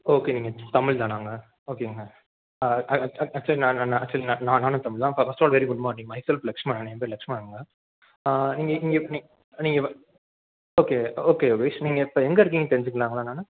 ஓகேங்க நீங்கள் தமிழ் தானாங்க ஓகேங்க ஆக்சுவலி நான் நான் நான் ஆக்சுவலி நான் நான் நானும் தமிழ் தான் ஃப first of all very good morning myself Lakshmanan என் பேர் லஷ்மணனுங்க நீங்கள் நீங்கள் நீ நீங்கள் வ ஓகே ஓகே யுவர் விஷ் நீங்கள் இப்போ எங்கே இருக்கிங்கன்னு தெரிஞ்சுக்கலாங்களா நான்